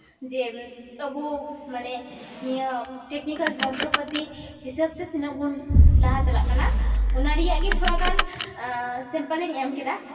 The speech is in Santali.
ᱡᱮ ᱟᱵᱚ ᱢᱟᱱᱮ ᱱᱤᱭᱟᱹ ᱴᱮᱠᱱᱤᱠᱮᱞ ᱡᱚᱱᱛᱨᱚ ᱯᱟᱹᱛᱤ ᱦᱤᱥᱟᱹᱵ ᱛᱮ ᱛᱤᱱᱟᱹᱜ ᱵᱚᱱ ᱞᱟᱦᱟ ᱪᱟᱞᱟᱜ ᱠᱟᱱᱟ ᱚᱱᱟ ᱨᱮᱭᱟᱜ ᱜᱮ ᱛᱷᱚᱲᱟ ᱜᱟᱱ ᱥᱮᱢᱯᱮᱞ ᱤᱧ ᱮᱢ ᱠᱮᱫᱟ